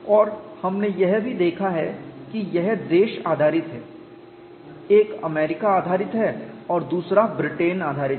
और हमने यह भी देखा है कि यह देश आधारित है एक अमेरिका आधारित है और दूसरा ब्रिटेन आधारित है